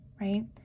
Right